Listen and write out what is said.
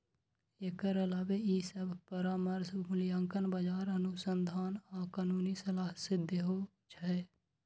एकर अलावे ई सभ परामर्श, मूल्यांकन, बाजार अनुसंधान आ कानूनी सलाह सेहो दै छै